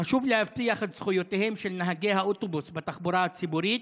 חשוב להבטיח את זכויותיהם של נהגי האוטובוס בתחבורה הציבורית,